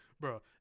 Bro